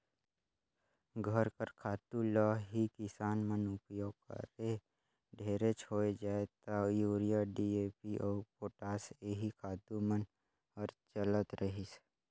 घर कर खातू ल ही किसान मन उपियोग करें ढेरेच होए जाए ता यूरिया, डी.ए.पी अउ पोटास एही खातू मन हर चलत रहिस